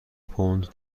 پوند